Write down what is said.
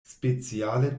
speciale